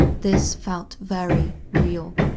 this felt very real.